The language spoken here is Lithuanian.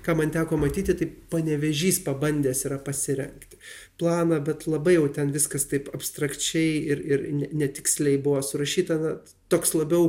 ką man teko matyti tai panevėžys pabandęs yra pasirengti planą bet labai jau ten viskas taip abstrakčiai ir ir ne netiksliai buvo surašyta na toks labiau